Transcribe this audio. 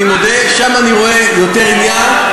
אני מודה, שם אני רואה יותר עניין.